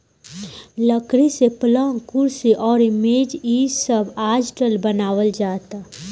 लकड़ी से पलंग, कुर्सी अउरी मेज़ इ सब आजकल बनावल जाता